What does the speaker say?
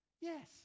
Yes